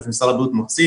שמשרד הבריאות מוציא.